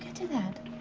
to that?